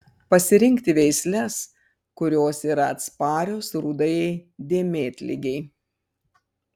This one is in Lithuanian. pasirinkti veisles kurios yra atsparios rudajai dėmėtligei